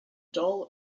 dull